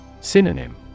Synonym